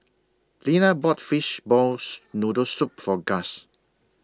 Lena bought Fishballs Noodle Soup For Gust